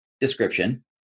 description